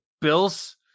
Bills